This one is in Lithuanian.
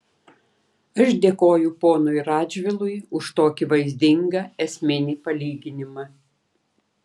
aš dėkoju ponui radžvilui už tokį vaizdingą esminį palyginimą